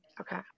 Okay